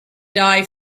die